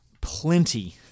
plenty